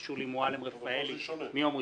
ושולי מועלם-רפאלי מיום ראשון,